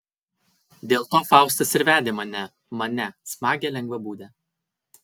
dėl to faustas ir vedė mane mane smagią lengvabūdę